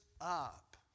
up